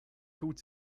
called